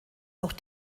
auch